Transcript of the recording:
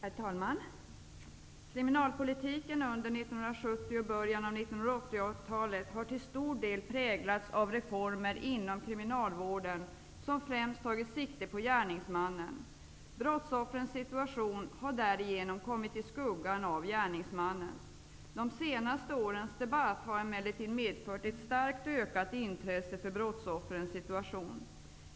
Herr talman! Kriminalpolitiken under 1970-talet och början av 1980-talet har till stor del präglats av reformer inom kriminalvården som främst tagit sikte på gärningsmannen. Brottsoffrens situation har därigenom kommit i skuggan av gärningsmannens. De senaste årens debatt har emellertid medfört ett starkt ökat intresse för brottsoffrens situation.